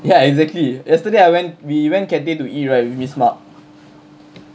ya exactly yesterday I went we went Cathay to eat right with miss mak